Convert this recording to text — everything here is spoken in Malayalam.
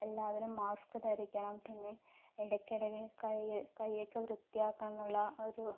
എല്ലാവരും മാസ്ക് ധരിക്കണം പിന്നെ ഇടയ്ക്കിടെ കൈയ്യ് കൈയൊക്കെ വൃത്തിയാക്കണമെന്നുള്ള ഒരു